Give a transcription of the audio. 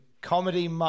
comedy